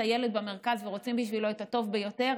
הילד במרכז ורוצים בשבילו את הטוב ביותר,